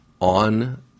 on